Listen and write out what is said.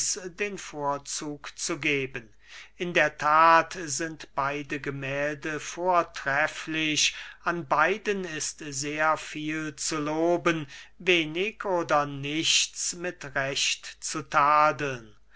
den vorzug zu geben in der that sind beide gemählde vortrefflich an beiden ist sehr viel zu loben wenig oder nichts mit recht zu tadeln